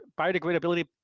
biodegradability